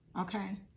okay